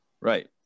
Right